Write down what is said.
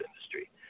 industry